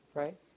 right